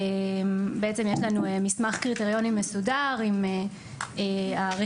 בעצם יש לנו מסמך קריטריונים מסודר עם הרכיבים